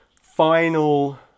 Final